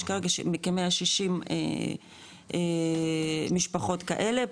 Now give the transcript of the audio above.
שי כרגע כ-160 משפחות כאלה,